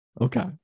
Okay